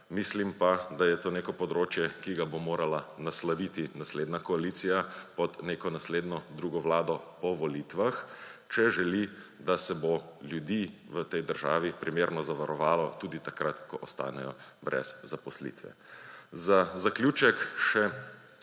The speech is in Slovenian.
Mislim pa, da je to neko področje, ki ga bo morala nasloviti naslednja koalicija pod neko naslednjo, drugo vlado po volitvah, če želi, da se bo ljudi v tej državi primerno zavarovalo tudi takrat, ko ostanejo brez zaposlitve. Za zaključek še